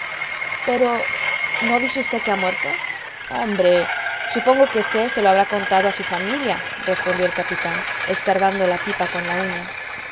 pues no dice v que ha muerto hombre supongo que c se lo habrá contado a su familia respondió el capitán escarbando la pipa con la uña